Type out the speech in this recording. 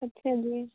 ਅੱਛਾ ਜੀ